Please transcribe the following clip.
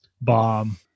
bomb